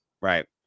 right